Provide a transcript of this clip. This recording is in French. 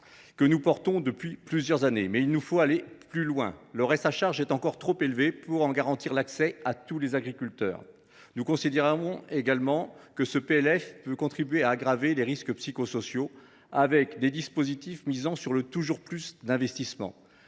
que nous défendons depuis plusieurs années, mais il nous faut aller plus loin : le reste à charge est encore trop élevé pour en garantir l’accès à tous les agriculteurs. Nous considérons également que ce PLF peut contribuer à aggraver les risques psychosociaux, avec des dispositifs misant sur le « toujours plus » d’investissements